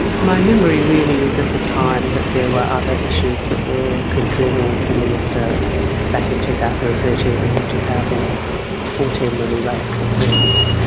my memory really is at the time that there were other issues that were concerning the minister back in two thousand and thirteen and two thousand and fourteen when we raised concerns.